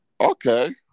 Okay